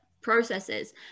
processes